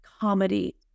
comedy